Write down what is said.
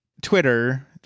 Twitter